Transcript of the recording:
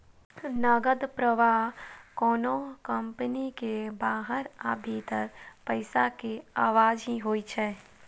नकद प्रवाह कोनो कंपनी के बाहर आ भीतर पैसा के आवाजही होइ छै